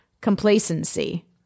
complacency